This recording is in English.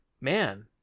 man